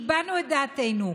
הבענו את דעתנו,